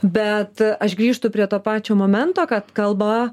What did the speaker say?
bet aš grįžtu prie to pačio momento kad kalba